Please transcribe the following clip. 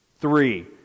Three